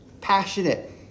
Passionate